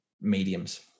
mediums